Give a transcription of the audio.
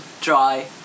dry